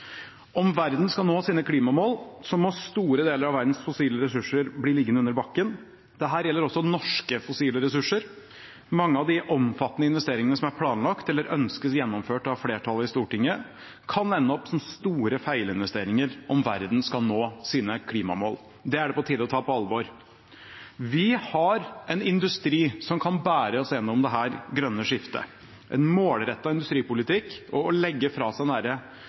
Om verden skal nå sine klimamål, må store deler av verdens fossile ressurser bli liggende under bakken. Dette gjelder også norske fossile ressurser. Mange av de omfattende investeringene som er planlagt eller ønskes gjennomført av flertallet i Stortinget, kan ende opp som store feilinvesteringer om verden skal nå sine klimamål. Det er det på tide å ta på alvor. Vi har en industri som kan bære oss gjennom det grønne skiftet. En målrettet industripolitikk og å legge fra seg